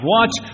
Watch